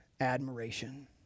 admiration